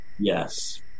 Yes